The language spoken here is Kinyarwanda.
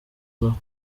ibaho